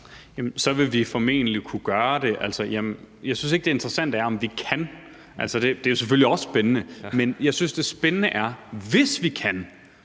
Så vil vi formentlig kunne gøre det, bliver der sagt. Altså, jeg synes ikke, det interessante er, om vi kan, selv om det selvfølgelig også er spændende, men jeg synes, det interessante er: Hvis vi kan,